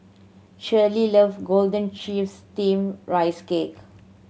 Cheryle love golden chives Steamed Rice Cake